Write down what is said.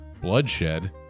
bloodshed